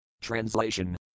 Translation